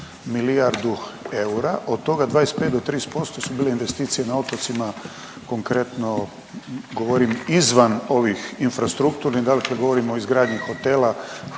milijardu eura, od toga 25 do 30% su bile investicije na otocima, konkretno govorim izvan ovih infrastrukturnih, dakle govorimo o izgradnji hotela